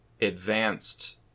advanced